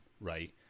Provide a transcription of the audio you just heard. right